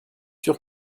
sûr